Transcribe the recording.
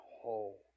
whole